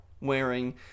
wearing